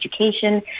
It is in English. education